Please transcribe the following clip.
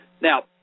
Now